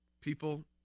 People